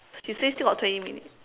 she say still got twenty minutes